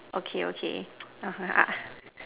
okay okay